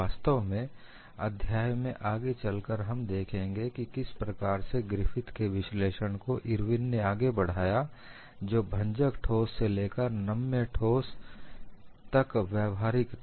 वास्तव में अध्याय में आगे चलकर हम देखेंगे कि किस प्रकार से ग्रिफिथ के विश्लेषण को इरविन ने आगे बढ़ाया जो भंजक ठोस से लेकर नम्य ठोस तक व्यावहारिक था